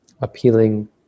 appealing